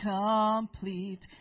complete